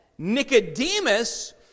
nicodemus